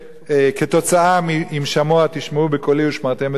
כתוצאה מ"אם שמע תשמעו בקלי ושמרתם את בריתי"?